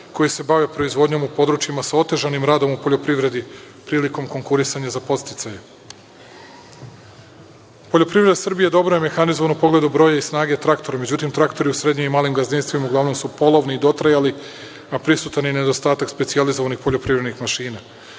koji se bave proizvodnjom u područjima sa otežanim radom u poljoprivredi prilikom konkurisanja za podsticaje. Poljoprivreda Srbije dobro je mehanizovana u pogledu broja i snage traktora. Međutim, traktori u srednjim i malim gazdinstvima uglavnom su polovni i dotrajali, a prisutan je i nedostatak specijalizovanih poljoprivrednih mašina.